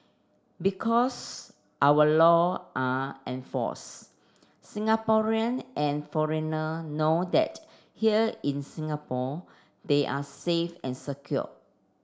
because our law are enforce Singaporean and foreigner know that here in Singapore they are safe and secure